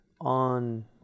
on